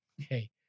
okay